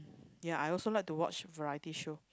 ya I also like to watch variety show